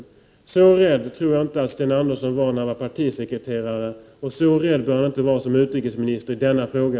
Så rädd tror jag inte att Sten Andersson var när han var partisekreterare, och så rädd bör han inte heller som utrikesminister vara i denna fråga.